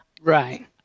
right